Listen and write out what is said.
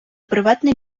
приватний